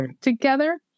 together